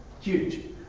Huge